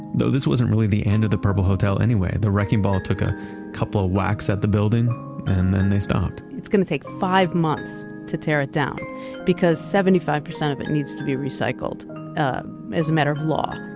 though this wasn't really the end of the purple hotel anyway. the wrecking ball took a couple of wacks at the building and then they stopped. it's going to take five months to tear it down because seventy five percent of it needs to be recycled as a matter of law,